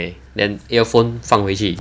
okay and earphone 放回去